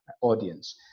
audience